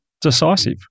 decisive